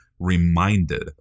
Reminded